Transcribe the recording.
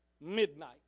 midnight